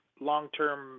long-term